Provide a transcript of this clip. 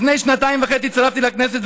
לפני שנתיים וחצי הצטרפתי לכנסת,